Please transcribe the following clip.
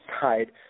side